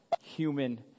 human